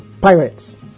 Pirates